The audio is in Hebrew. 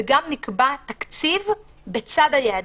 וגם נקבע תקציב בצד היעדים.